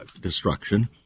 destruction